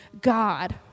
God